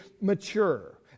mature